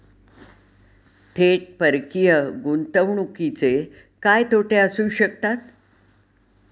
थेट परकीय गुंतवणुकीचे काय तोटे असू शकतात?